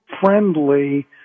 friendly